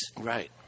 Right